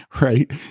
Right